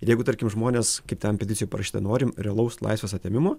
ir jeigu tarkim žmonės kitam peticijoj parašyta norim realaus laisvės atėmimo